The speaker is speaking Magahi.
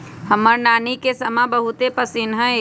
हमर नानी के समा बहुते पसिन्न रहै